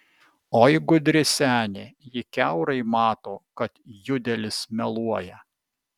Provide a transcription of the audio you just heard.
oi gudri senė ji kiaurai mato kad judelis meluoja